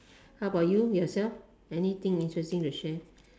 how about you yourself anything interesting to share